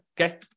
okay